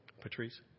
Patrice